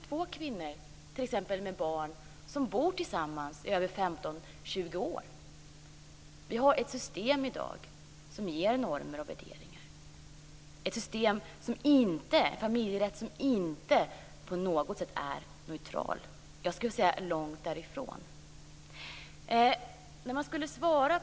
Två kvinnor, t.ex. med barn, som bor tillsammans i 15-20 år får noll poäng. Vi har i dag ett system som ger uttryck för normer och värderingar. Det är en familjerätt som inte på något sätt är neutral - långt därifrån, skulle jag vilja säga.